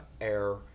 air